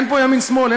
אין פה ימין שמאל,